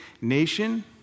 nation